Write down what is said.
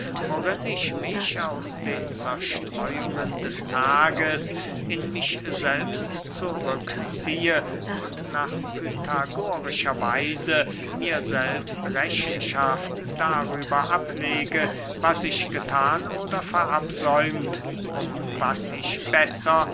worin ich mich aus den zerstreuungen des tages in mich selbst zurück ziehe und nach pythagorischer weise mir selbst rechenschaft darüber ablege was ich gethan oder verabsäumt um was ich besser